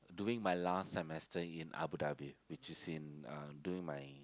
doing my last semester in Abu-Dhabi which is in doing my